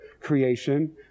creation